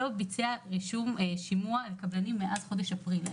לא ביצע שימוע לקבלנים מאז חודש אפריל.